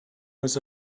was